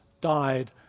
died